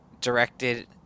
directed